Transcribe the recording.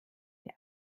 der